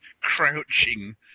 crouching